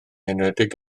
enwedig